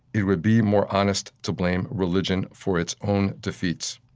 it would be more honest to blame religion for its own defeats.